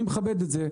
אני מכבד את זה,